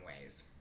ways